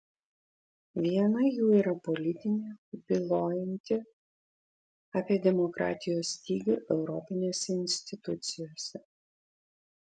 viena jų yra politinė bylojanti apie demokratijos stygių europinėse institucijose